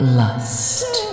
lust